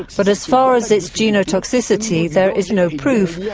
but as far as its genotoxicity, there is no proof. yeah